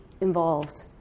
involved